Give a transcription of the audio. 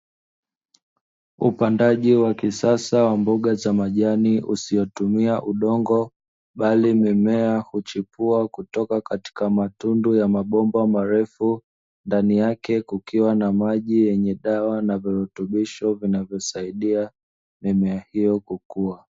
Upandaji wa kisasa wa mboga za majani usiotumia udongo, bali mimea huchipua kutoka katika matundu ya mabomba marefu, ndani yake kukiwa na maji yenye dawa na virutubisho vinavyosaidia mimea hiyo kukua.